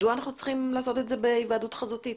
מדוע אנחנו צריכים לעשות את זה בהיוועדות חזותית?